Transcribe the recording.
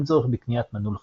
אין צורך בקניית מנעול חדש.